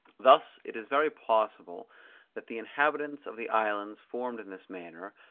thus it is very possible that the inhabitants of the islands formed in this manner,